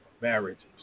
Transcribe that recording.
marriages